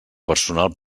personal